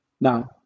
Now